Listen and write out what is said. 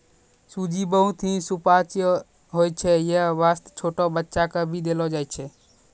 सूजी बहुत हीं सुपाच्य होय छै यै वास्तॅ छोटो बच्चा क भी देलो जाय छै